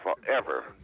forever